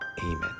Amen